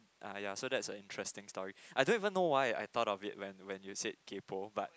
ah ya that's a interesting story I don't even know why I thought of it when when you said kaypoh but